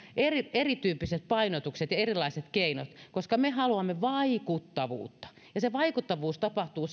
erityyppiset painotukset ja erilaiset keinot koska me haluamme vaikuttavuutta ja se vaikuttavuus tapahtuu